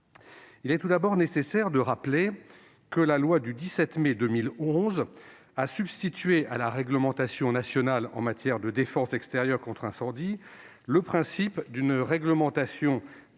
Il est tout d'abord nécessaire de rappeler que la loi du 17 mai 2011 a substitué à la réglementation nationale en matière de défense extérieure contre l'incendie le principe d'une réglementation départementale,